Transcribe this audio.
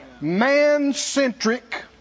Man-centric